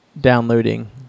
downloading